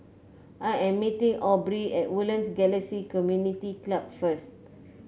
I am meeting Aubrie at Woodlands Galaxy Community Club first